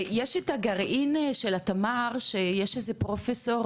את הגרעין של התמר שיש איזה פרופסור,